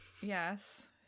Yes